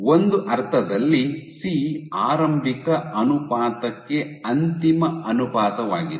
ಒಂದು ಅರ್ಥದಲ್ಲಿ ಸಿ ಆರಂಭಿಕ ಅನುಪಾತಕ್ಕೆ ಅಂತಿಮ ಅನುಪಾತವಾಗಿದೆ